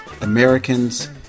Americans